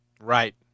Right